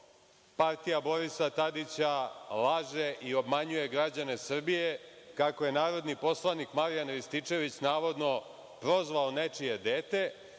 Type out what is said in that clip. partija Borisa Tadića, laže i obmanjuje građane Srbije kako je narodni poslanik Marjan Rističević, navodno, prozvao nečije dete